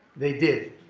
they did.